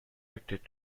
erected